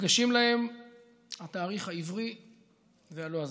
נפגשים להם התאריך העברי והלועזי.